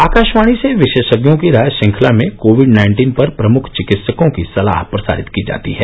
आकाशवाणी से विशेषज्ञों की राय श्रंखला में कोविड नाइन्टीन पर प्रमुख चिकित्सकों की सलाह प्रसारित की जाती है